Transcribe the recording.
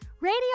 Radio